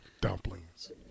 dumplings